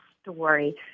story